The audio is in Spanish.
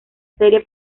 serie